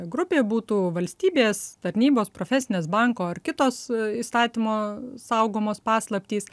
grupė būtų valstybės tarnybos profesinės banko ar kitos įstatymo saugomos paslaptys